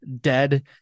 dead